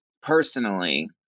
personally